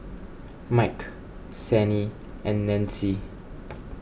Mike Sannie and Nancy